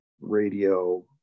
radio